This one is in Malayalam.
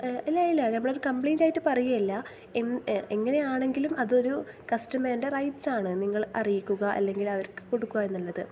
ഇല്ലയില്ല നമ്മളത് കംപ്ലീറ്റായിട്ട് പറയുകയല്ല എങ്ങനെയാണെങ്കിലും അതൊരു കസ്റ്റമറിൻ്റെ റൈറ്റ്സാണ് നിങ്ങൾ അറിയിക്കുക അല്ലെങ്കിൽ അവർക്ക് കൊടുക്കുകയെന്നുള്ളത് അ